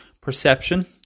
Perception